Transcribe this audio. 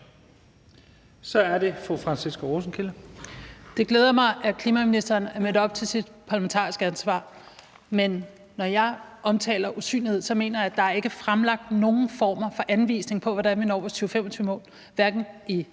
Kl. 14:34 Franciska Rosenkilde (ALT): Det glæder mig, at klimaministeren er mødt op til sit parlamentariske ansvar, men når jeg omtaler usynlighed, mener jeg, at der ikke er fremlagt nogen former for anvisning på, hvordan vi når vores 2025-mål, hverken i